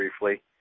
briefly